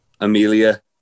Amelia